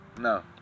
No